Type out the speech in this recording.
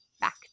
back